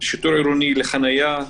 שיטור עירוני לחנייה,